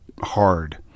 hard